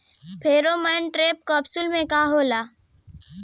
Pheromone trap capsule में का होला?